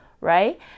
right